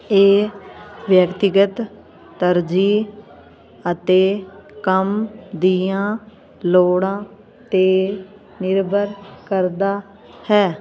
ਇਹ ਵਿਅਕਤੀਗਤ ਤਰਜੀਹ ਅਤੇ ਕੰਮ ਦੀਆਂ ਲੋੜਾਂ 'ਤੇ ਨਿਰਭਰ ਕਰਦਾ ਹੈ